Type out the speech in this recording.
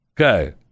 Okay